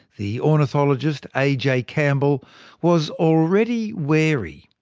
the ornithologist a j campbell was already wary.